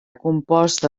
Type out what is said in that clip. composta